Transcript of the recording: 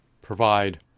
provide